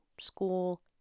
School